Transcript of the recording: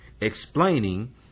explaining